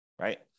right